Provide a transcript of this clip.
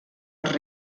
als